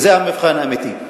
וזה המבחן האמיתי.